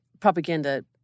Propaganda